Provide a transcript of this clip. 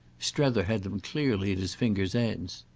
strether had them clearly at his fingers' ends.